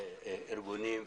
ארגונים וכולי,